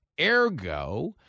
Ergo